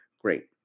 great